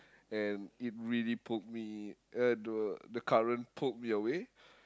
and it really pulled me uh the the current pulled me away